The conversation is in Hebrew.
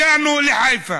הגענו לחיפה.